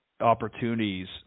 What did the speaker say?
opportunities